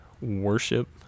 worship